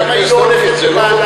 למה היא לא הולכת לבעלה?